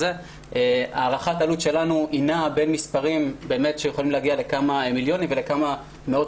הערכת העלות שלנו נעה בין כמה מיליונים למאות